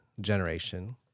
generation